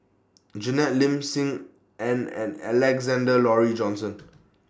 Janet Lim SIM Ann and Alexander Laurie Johnston